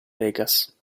vegas